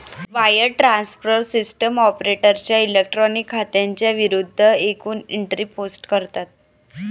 wire transfer system ऑपरेटरच्या electronic खात्यांच्या विरूद्ध एकूण एंट्री पोस्ट करतात